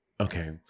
Okay